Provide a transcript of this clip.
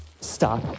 stop